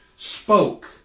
Spoke